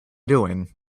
doing